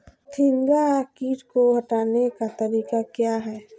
फतिंगा किट को हटाने का तरीका क्या है?